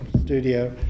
Studio